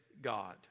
God